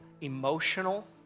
emotional